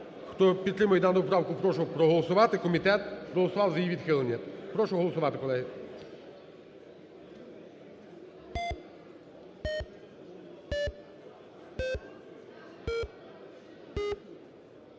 Хто підтримує дану правку, прошу проголосувати. Комітет проголосував за її відхилення. Прошу голосувати, колеги.